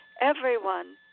Everyone